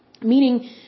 Meaning